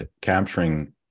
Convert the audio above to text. capturing